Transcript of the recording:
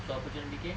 so apa dia orang bikin